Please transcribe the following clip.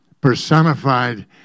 personified